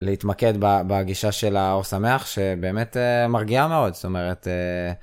להתמקד בהגישה של האור שמח שבאמת מרגיעה מאוד זאת אומרת.